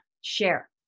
share